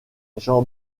jean